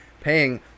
paying